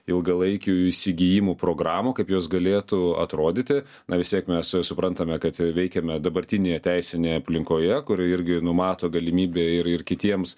ilgalaikių įsigijimų programų kaip jos galėtų atrodyti na vis tiek mes su suprantame kad veikiame dabartinėje teisinėje aplinkoje kuri irgi numato galimybę ir ir kitiems